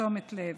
תשומת לב.